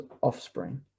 offspring